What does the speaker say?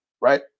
Right